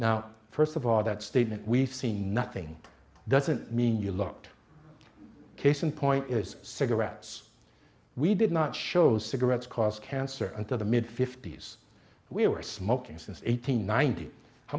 now first of our that statement we've seen nothing doesn't mean you looked case in point is cigarettes we did not show cigarettes cause cancer until the mid fifty's we were smoking since eight hundred ninety how